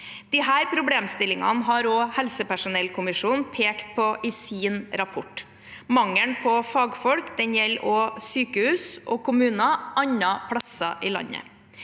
Disse problemstillingene har også helsepersonellkommisjonen pekt på i sin rapport. Mangelen på fagfolk gjelder også sykehus og kommuner andre steder i landet.